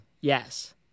yes